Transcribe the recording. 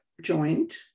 joint